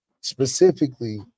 specifically